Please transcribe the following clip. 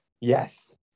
Yes